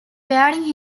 wearing